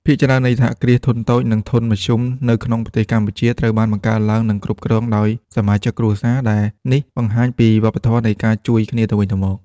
ភាគច្រើននៃសហគ្រាសធុនតូច និងមធ្យមនៅក្នុងប្រទេសកម្ពុជាត្រូវបានបង្កើតឡើង និងគ្រប់គ្រងដោយសមាជិកគ្រួសារ ដែលនេះបង្ហាញពីវប្បធម៌នៃការជួយគ្នាទៅវិញទៅមក។